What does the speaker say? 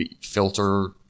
filter